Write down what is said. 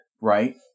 right